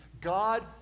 God